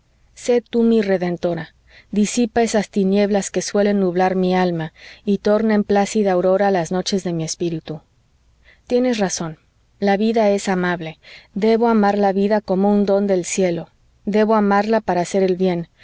sé tú mi redentora disipa esas tinieblas que suelen nublar mi alma y torna en plácida aurora las noches de mi espíritu tienes razón la vida es amable debo amar la vida como un don del cielo debo amarla para hacer el bien